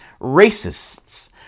racists